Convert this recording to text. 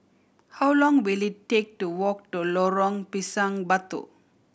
how long will it take to walk to Lorong Pisang Batu